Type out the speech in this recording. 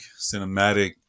cinematic